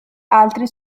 altri